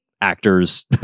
actors